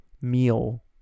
meal